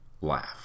laugh